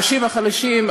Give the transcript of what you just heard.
האנשים החלשים,